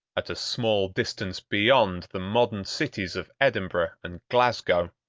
at a small distance beyond the modern cities of edinburgh and glasgow,